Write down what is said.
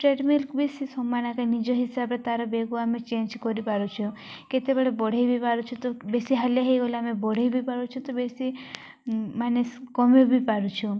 treadmill ବି ସେ ସମାନ ଆକା ନିଜ ହିସାବରେ ତାର ବେଗକୁ ଆମେ ଚେଞ୍ଜ କରିପାରୁଛୁ କେତେବେଳେ ବଢ଼େଇ ବି ପାରୁଛୁ ତ ବେଶୀ ହାଲିଆ ହେଇଗଲେ ଆମେ ବଢ଼େଇ ବି ପାରୁଛୁ ତ ବେଶୀ ମାନେ କମେଇ ବି ପାରୁଛୁଁ